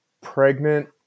pregnant